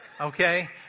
okay